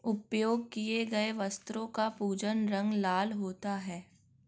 उपयोग किए गए वस्त्रों का पूजन रंग लाल होता है